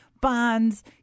bonds